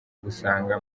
gusanga